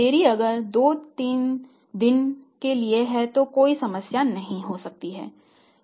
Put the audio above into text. देरी अगर 234 दिनों के लिए है तो कोई समस्या नहीं हो सकती है